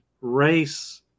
race